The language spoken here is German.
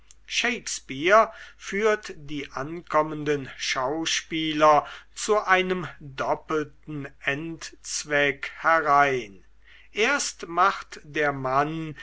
shakespeare führt die ankommenden schauspieler zu einem doppelten endzweck herein erst macht der mann